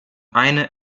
eine